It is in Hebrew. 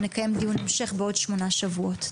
ונקיים דיון המשך בעוד שמונה שבועות.